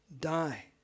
die